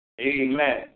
Amen